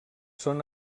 són